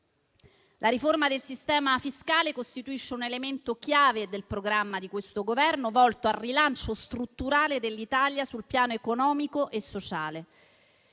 La riforma del sistema fiscale costituisce un elemento chiave del programma di questo Governo, volto al rilancio strutturale dell'Italia sul piano economico e sociale.